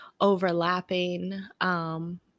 overlapping